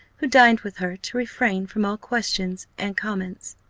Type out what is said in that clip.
who dined with her, to refrain from all questions and comments.